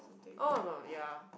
oh no no ya